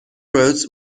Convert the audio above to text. roads